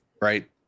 right